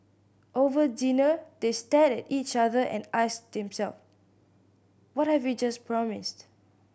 over dinner they stared at each other and asked themselves what have we just promised